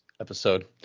episode